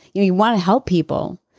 you want to help people.